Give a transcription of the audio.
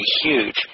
huge